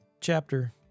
chapter